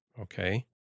okay